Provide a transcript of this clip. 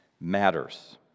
matters